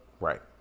right